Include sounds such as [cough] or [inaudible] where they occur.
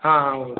हाँ हाँ [unintelligible]